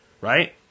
Right